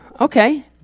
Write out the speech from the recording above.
Okay